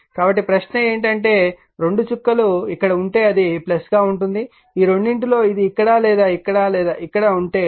కాబట్టి ప్రశ్న ఏమిటంటే రెండు చుక్కలు ఇక్కడ ఉంటే అది గా ఉంటుంది ఈ రెండింటిలో ఇది ఇక్కడ లేదా ఇక్కడ లేదా ఇక్కడ ఉంటే